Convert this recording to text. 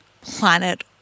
planet